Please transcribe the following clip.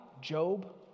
Job